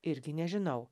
irgi nežinau